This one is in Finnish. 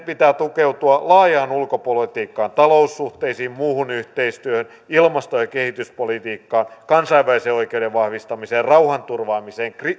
pitää tukeutua laajaan ulkopolitiikkaan taloussuhteisiin muuhun yhteistyöhön ilmasto ja kehityspolitiikkaan kansainvälisen oikeuden vahvistamiseen rauhanturvaamiseen